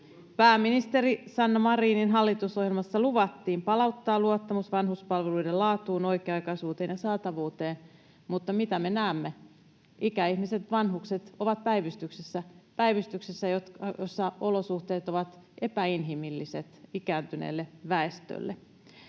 Pääministeri Sanna Marinin hallitusohjelmassa luvattiin palauttaa luottamus vanhuspalveluiden laatuun, oikea-aikaisuuteen ja saatavuuteen, mutta mitä me näemme? Ikäihmiset, vanhukset, ovat päivystyksessä, jossa olosuhteet ovat epäinhimilliset ikääntyneelle väestölle.